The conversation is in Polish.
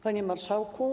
Panie Marszałku!